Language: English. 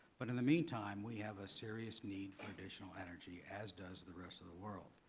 but, in the meantime, we have a serious need for additional energy, as does the rest of the world.